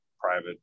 private